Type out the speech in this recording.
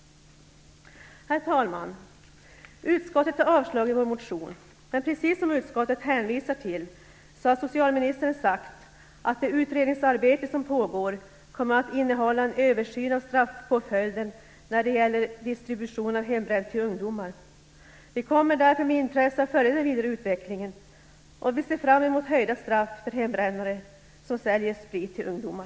Herr talman! Utskottet har avstyrkt vår motion, men som utskottet hänvisar till har socialministern sagt att det utredningsarbete som pågår kommer att innehålla en översyn av straffpåföljden när det gäller distribution av hembränt till ungdomar. Vi kommer därför med intresse att följa den vidare utvecklingen, och vi ser fram mot höjda straff för hembrännare som säljer sprit till ungdomar.